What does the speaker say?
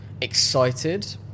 excited